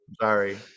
sorry